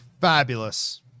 Fabulous